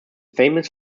famous